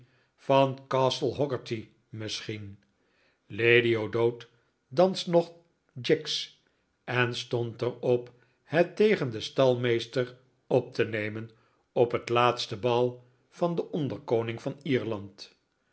van castle hoggarty misschien lady o'dowd danst nog jigs en stond er op het tegen den stalmeester op te nemen op het laatste bal van den onderkoning van ierland